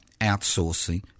outsourcing